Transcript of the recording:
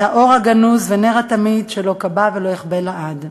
היה אור הגנוז ונר התמיד שלא כבה ולא יכבה לעד.